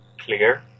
clear